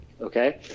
okay